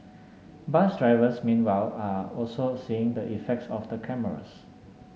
bus drivers meanwhile are also seeing the effects of the cameras